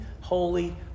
holy